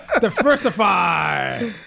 Diversify